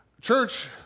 Church